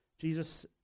Jesus